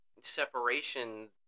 separation